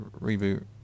reboot